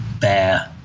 bear